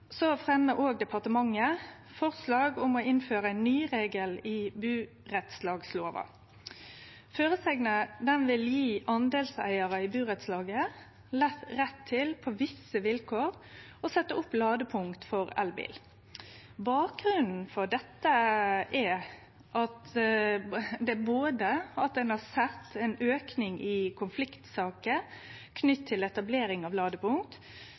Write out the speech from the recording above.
departementet òg forslag om å innføre ein ny regel i burettslagslova. Føresegna vil gje deleigarar i burettslaget rett til på visse vilkår å setje opp ladepunkt for elbil. Bakgrunnen for dette er både at ein har sett ein auke i konfliktsaker knytt til etablering av ladepunkt,